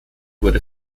wurde